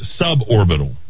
Suborbital